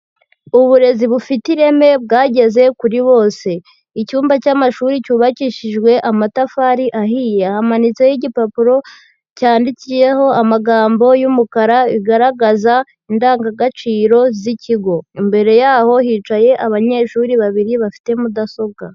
Uburezi bufite ireme bwageze kuri bose, icyumba cy'amashuri cyubakishijwe amatafari ahiye hamanitseho igipapuro cyandikiyeho amagambo y'umukara bigaragaza indangagaciro z'ikigo, imbere yaho hicaye abanyeshuri babiri bafite mudasobwa.